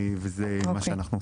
וזה מה שאנחנו עושים.